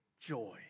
joy